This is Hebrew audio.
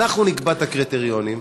אנחנו נקבע את הקריטריונים.